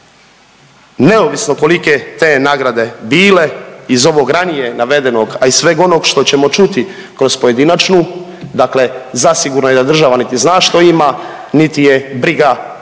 Neovisno kolike te nagrade bile iz ovog ranije navedenog, a i sveg onog što ćemo čuti kroz pojedinačnu, dakle zasigurno je da država niti zna što ima, niti je briga